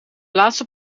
laatste